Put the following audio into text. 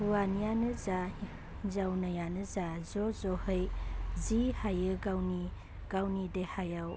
हौवानियानो जा हिन्जावनियानो जा ज' ज'है जि हायो गावनि गावनि देहायाव